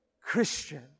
Christian